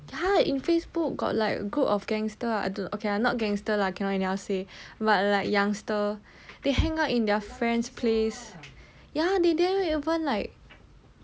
!huh! in facebook got like group of gangster ah I don't know okay lah not gangster lah cannot anyhow say but like youngster they hang out in their friend's place ya they then never even like